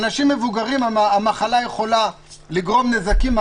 אצל אנשים מבוגרים המחלה יכולה לגרום נזקים הרבה יותר גדולים.